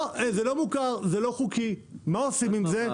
זה לא מוכר, זה לא חוקי, מה עושים עם זה?